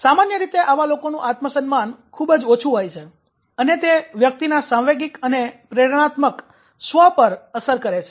સામાન્ય રીતે આવા લોકોનું આત્મસન્માન ખૂબ જ ઓછું હોય છે અને તે વ્યક્તિના સાંવેગિક અને પ્રેરણાત્મક 'સ્વ' પર અસર કરે છે